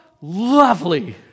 lovely